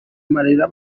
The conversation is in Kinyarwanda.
malaria